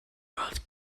world